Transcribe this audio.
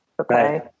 Okay